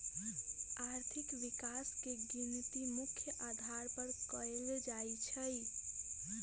आर्थिक विकास के गिनती मुख्य अधार पर कएल जाइ छइ